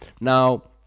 Now